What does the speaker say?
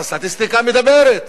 הסטטיסטיקה מדברת,